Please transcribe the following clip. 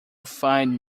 find